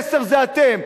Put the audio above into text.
2010 זה אתם.